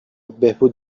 بهبود